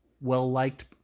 well-liked